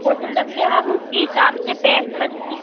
वो तो डब्बे हम उसके हिसाब से पैक कर दी